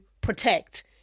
protect